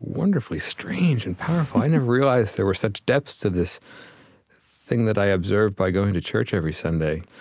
wonderfully strange and powerful. i never realized there were such depths to this thing that i observed by going to church every sunday.